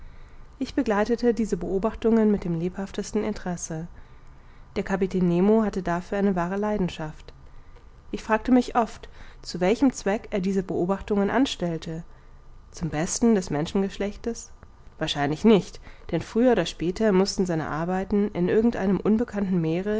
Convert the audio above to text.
ich begleitete diese beobachtungen mit dem lebhaftesten interesse der kapitän nemo hatte dafür eine wahre leidenschaft ich fragte mich oft zu welchem zweck er diese beobachtungen anstellte zum besten des menschengeschlechts wahrscheinlich nicht denn früher oder später mußten seine arbeiten in irgend einem unbekannten